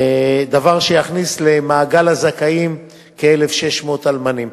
דבר שיכניס למעגל הזכאים כ-1,600 אלמנים.